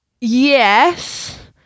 Yes